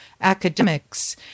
academics